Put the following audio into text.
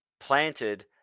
Planted